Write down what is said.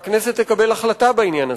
ותקבל החלטה ברורה בעניין הזה.